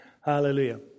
Hallelujah